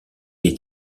est